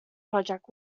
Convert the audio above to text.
project